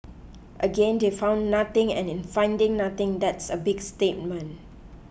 again they found nothing and in finding nothing that's a big statement